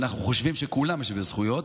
ואנחנו חושבים שכולם שווי זכויות,